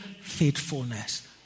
faithfulness